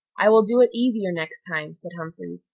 i will do it easier next time, said humphrey.